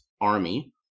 army